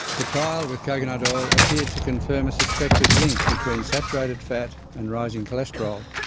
the trial with coconut oil appeared to confirm a suspected link between saturated fat and rising cholesterol,